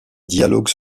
dialogue